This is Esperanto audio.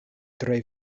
tre